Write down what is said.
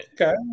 okay